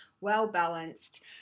well-balanced